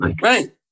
Right